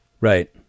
right